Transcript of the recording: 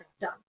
done